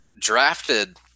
drafted